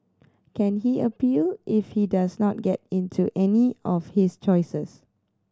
can he appeal if he does not get into any of his choices